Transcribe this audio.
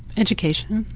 education.